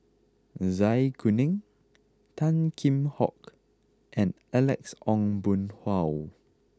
Zai Kuning Tan Kheam Hock and Alex Ong Boon Hau